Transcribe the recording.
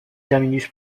terminus